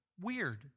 weird